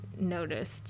noticed